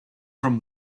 from